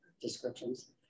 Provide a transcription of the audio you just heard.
descriptions